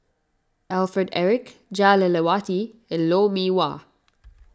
Alfred Eric Jah Lelawati and Lou Mee Wah